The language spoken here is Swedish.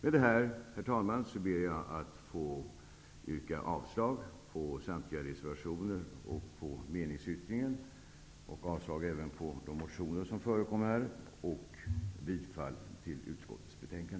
Med detta, herr talman, ber jag att få yrka avslag på samtliga reservationer, meningsyttringen och de motioner som har behandlats samt bifall till utskottets hemställan.